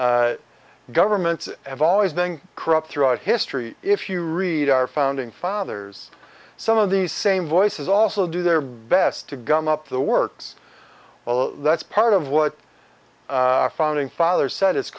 governments have always been corrupt throughout history if you read our founding fathers some of these same voices also do their best to gum up the works or that's part of what the founding fathers said it's